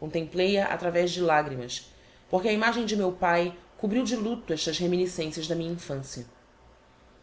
contemplei a através de lagrimas porque a imagem de meu pai cobriu de luto estas reminiscencias da minha infancia